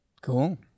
Cool